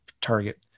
target